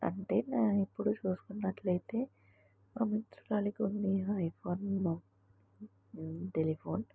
అంటే నా ఇప్పుడు చూసుకున్నట్లయితే మా మింత్రురాలకు ఉన్న ఐఫోన్ టెలిఫోన్